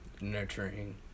nurturing